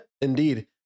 indeed